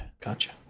gotcha